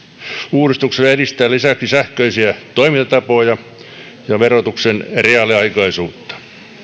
uudistuksella edistetään lisäksi sähköisiä toimintatapoja ja verotuksen reaaliaikaisuutta